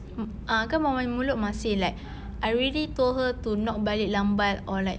mm ah kan mama punya mulut masin like I already told her to not balik lambat or like